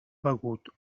begut